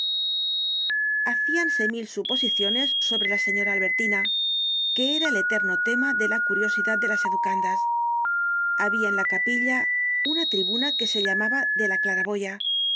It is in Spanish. hacíanse mil suposiciones sobre la señora albertina que era el eterno tema de la curiosidad de las educandas habia en la capilla una tribuna que se llamaba de la claraboya